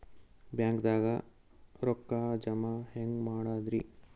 ಬ್ಯಾಂಕ್ದಾಗ ರೊಕ್ಕ ಜಮ ಹೆಂಗ್ ಮಾಡದ್ರಿ?